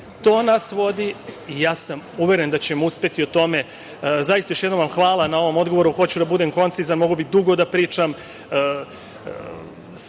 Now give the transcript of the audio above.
nas vodi i uveren sam da ćemo uspeti u tome. Zaista još jednom vam hvala na ovom odgovoru. Hoću da budem koncizan, mogao bih dugo da pričam,